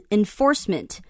enforcement